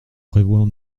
prévoient